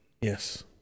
Yes